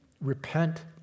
repent